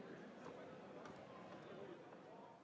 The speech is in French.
Merci